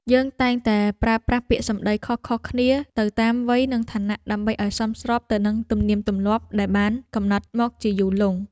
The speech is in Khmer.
យើងតែងតែប្រើប្រាស់ពាក្យសម្តីខុសៗគ្នាទៅតាមវ័យនិងឋានៈដើម្បីឱ្យសមស្របទៅនឹងទំនៀមទម្លាប់ដែលបានកំណត់មកជាយូរលង់។